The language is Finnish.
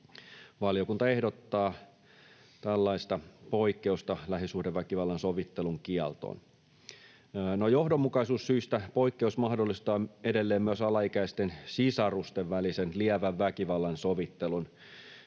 Valiokunta ehdottaa tällaista poikkeusta lähisuhdeväkivallan sovittelun kieltoon. No, johdonmukaisuussyistä poikkeus mahdollistaa edelleen myös alaikäisten sisarusten välisen lievän väkivallan sovittelun,